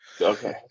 Okay